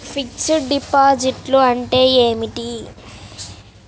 Fixed డిపాజిట్లు అంటే ఏమిటి?